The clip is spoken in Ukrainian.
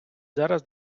зараз